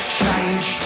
change